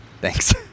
thanks